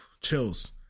chills